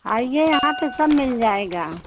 आइए यहाँ तो सब मिल जाएगा